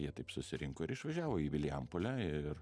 jie taip susirinko ir išvažiavo į vilijampolę ir